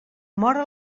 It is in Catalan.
móra